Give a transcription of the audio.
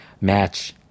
match